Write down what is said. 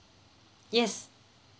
yes